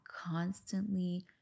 constantly